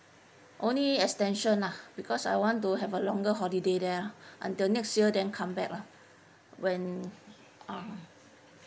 only extension lah because I want to have a longer holiday there lah until next year then come back lah when ah